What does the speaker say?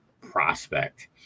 prospect